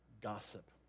gossip